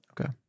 Okay